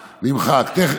נמחק.